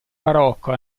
barocco